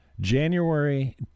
January